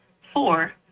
Four